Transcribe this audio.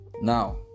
Now